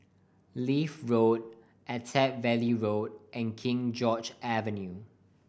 Leith Road Attap Valley Road and King George's Avenue